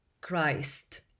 Christ